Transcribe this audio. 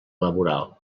laboral